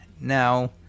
now